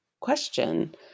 question